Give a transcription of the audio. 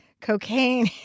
cocaine